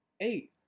eight